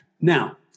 Now